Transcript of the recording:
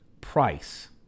price